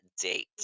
date